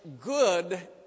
good